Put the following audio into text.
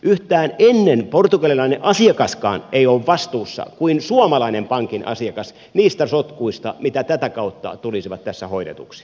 yhtään ennen suomalaisen pankin asiakasta portugalilainen asiakas ei ole vastuussa niistä sotkuista mitkä tätä kautta tulisivat tässä hoidetuiksi